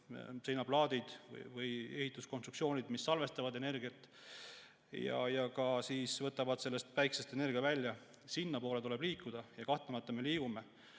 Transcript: seinaplaadid või ehituskonstruktsioonid, mis salvestavad energiat ja ka võtavad päikesest energiat välja. Sinnapoole tuleb liikuda ja me kahtlemata liigume.